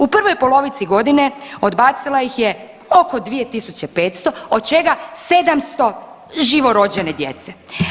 U prvoj polovici godine odbacila ih je oko 2500 od čega 700 živorođene djece.